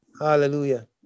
Hallelujah